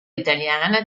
italiana